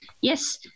Yes